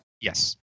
Yes